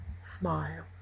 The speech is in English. smile